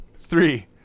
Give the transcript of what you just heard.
Three